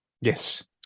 Yes